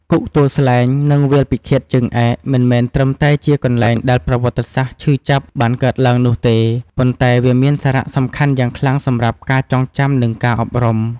គុកទួលស្លែង និងវាលពិឃាតជើងឯក មិនមែនត្រឹមតែជាកន្លែងដែលប្រវត្តិសាស្ត្រឈឺចាប់បានកើតឡើងនោះទេ ប៉ុន្តែវាមានសារៈសំខាន់យ៉ាងខ្លាំងសម្រាប់ការចងចាំ និងការអប់រំ។